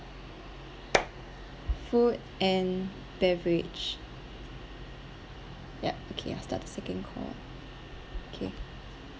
food and beverage yup okay I'll start the second call okay